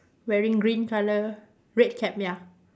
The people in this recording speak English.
wearing green colour red cap ya